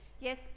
Yes